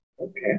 Okay